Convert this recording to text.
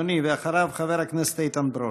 בבקשה, אדוני, ואחריו, חבר הכנסת איתן ברושי.